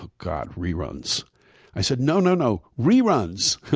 god, reruns i said, no, no, no. reruns!